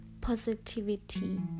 positivity